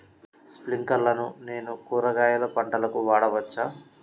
స్ప్రింక్లర్లను నేను కూరగాయల పంటలకు వాడవచ్చా?